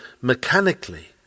mechanically